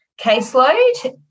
caseload